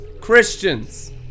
Christians